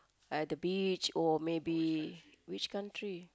at the beach or maybe which country